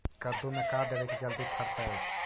कददु मे का देबै की जल्दी फरतै?